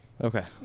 Okay